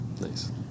Nice